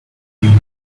eat